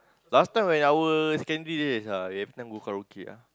last time when our secondary days ah every time go Karaoke ah